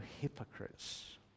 hypocrites